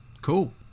cool